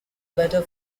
better